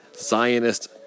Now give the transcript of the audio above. Zionist